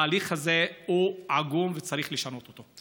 ההליך הזה הוא עגום, וצריך לשנות אותו.